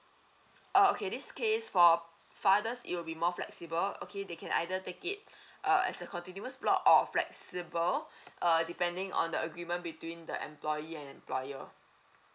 oh okay this case for fathers it'll be more flexible okay they can either take it uh as a continuous plot or flexible uh depending on the agreement between the employee and employer